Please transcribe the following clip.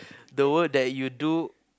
the work that you do